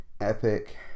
epic